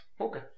Okay